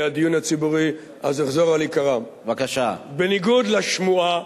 הדיון הציבורי ואחזור על עיקרם: בניגוד לשמועה